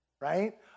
right